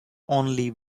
only